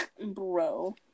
bro